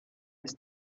des